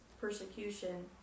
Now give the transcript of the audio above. persecution